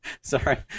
Sorry